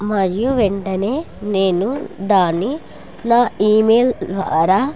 మరియు వెంటనే నేను దాన్ని నా ఈమెయిల్ ద్వారా